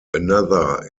another